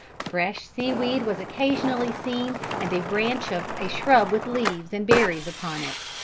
fresh seaweed was occasionally seen and a branch of a shrub with leaves and berries upon it,